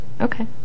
Okay